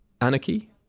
Anarchy